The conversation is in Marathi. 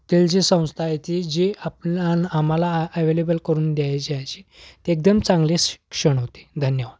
खेळ जी संस्था आहे ती जी आपलान आम्हाला ॲवेलेबल करून द्यायची आहे अशी ते एकदम चांगले शिक्षण होते धन्यवाद